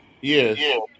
Yes